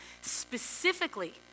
specifically